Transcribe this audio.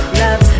love